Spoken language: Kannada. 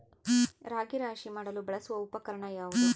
ರಾಗಿ ರಾಶಿ ಮಾಡಲು ಬಳಸುವ ಉಪಕರಣ ಯಾವುದು?